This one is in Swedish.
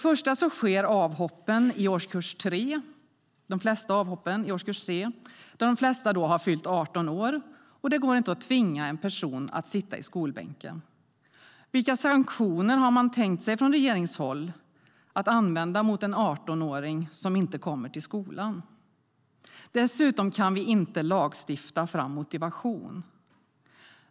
Först och främst sker de flesta avhoppen i årskurs 3 då de flesta elever fyllt 18 år, och det går inte att tvinga en person att sitta i skolbänken. Vilka sanktioner har man från regeringshåll tänkt använda sig av mot en 18-åring som inte kommer till skolan? Dessutom kan vi inte lagstifta fram motivation.